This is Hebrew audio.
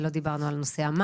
ולא דיברנו על נושא המים,